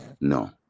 no